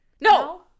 No